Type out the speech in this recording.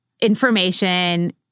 information